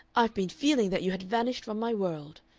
i've been feeling that you had vanished from my world.